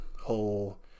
whole